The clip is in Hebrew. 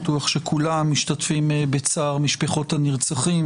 ואני בטוח שכולם משתתפים בצער משפחות הנרצחים,